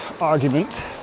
argument